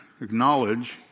acknowledge